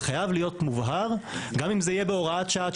זה חייב להיות מובהר גם אם זה בהוראת שעה עד